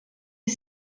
est